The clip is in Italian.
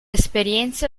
esperienze